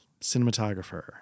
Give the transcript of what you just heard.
Cinematographer